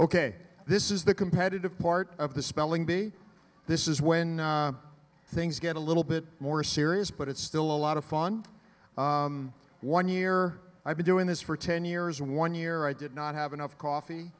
ok this is the competitive part of the spelling bee this is when things get a little bit more serious but it's still a lot of fun one year i've been doing this for ten years and one year i did not have enough coffee